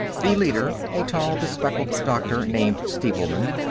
the leader, a tall, bespectacled doctor named stevelman,